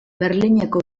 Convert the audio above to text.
berlineko